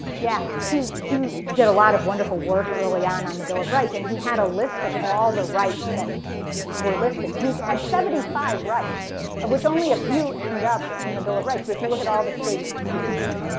yeah he he did a lot of wonderful work early on on the bill of rights. and he had a list of all the rights that were listed. and he had seventy five rights which only a few end up in the bill of rights. but if you look at all the state constitutions.